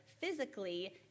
physically